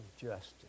justice